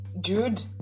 dude